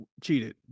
cheated